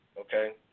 okay